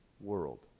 world